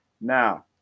Now